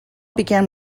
began